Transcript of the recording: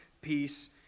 peace